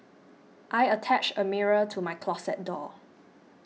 I attached a mirror to my closet door